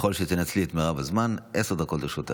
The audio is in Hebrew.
בבקשה, ככל שתנצלי את מרב הזמן, עשר דקות לרשותך.